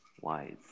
wise